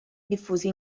diffusi